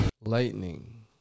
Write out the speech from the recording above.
Lightning